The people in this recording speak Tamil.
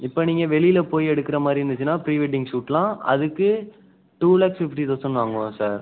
இப்போ நீங்கள் வெளியில் போய் எடுக்குற மாதிரி இருந்துச்சுனால் ப்ரீவெட்டிங் ஷூட்லாம் அதுக்கு டூ லேக் ஃபிஃப்ட்டி தௌசண்ட் வாங்குவேன் சார்